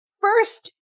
first